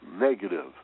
negative